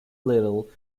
little